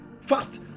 fast